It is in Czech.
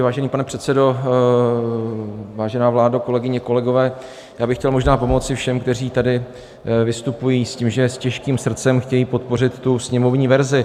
Vážený pane předsedo, vážená vládo, kolegyně, kolegové, chtěl bych možná pomoci všem, kteří tady vystupují s tím, že s těžkým srdcem chtějí podpořit tu sněmovní verzi.